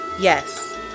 Yes